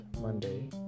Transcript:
Monday